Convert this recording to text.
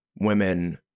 women